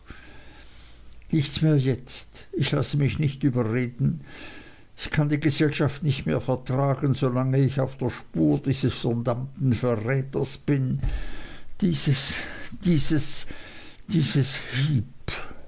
nichts mehr jetzt ich lasse mich nicht überreden ich kann die gesellschaft nicht mehr vertragen solange ich auf der spur dieses verdammten verräters bin dieses dieses dieses